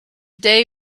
day